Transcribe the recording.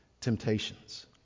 temptations